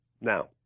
Now